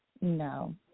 No